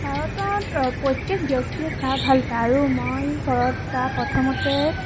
ভাৰতত প্ৰত্যেক ব্য়ক্তিয়ে চাহ ভাল পায় আৰু মই ঘৰত চাহ প্ৰথমতে